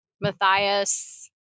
Matthias